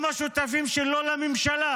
גם השותפים שלו לממשלה